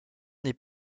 n’est